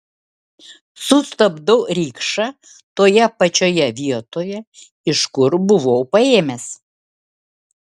sustabdau rikšą toje pačioje vietoje iš kur buvau paėmęs